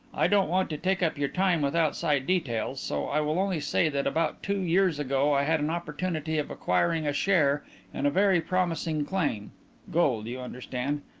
i don't want to take up your time with outside details so i will only say that about two years ago i had an opportunity of acquiring a share in a very promising claim gold, you understand,